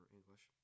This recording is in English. English